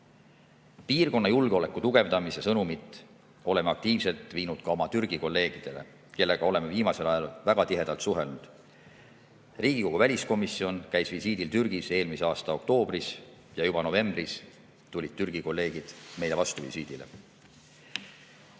Piirkonna julgeoleku tugevdamise sõnumit oleme aktiivselt viinud ka oma Türgi kolleegidele, kellega oleme viimasel ajal väga tihedalt suhelnud. Riigikogu väliskomisjon käis visiidil Türgis eelmise aasta oktoobris ja juba novembris tulid Türgi kolleegid meile vastuvisiidile.